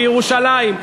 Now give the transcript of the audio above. בירושלים,